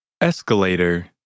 escalator